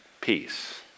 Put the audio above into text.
peace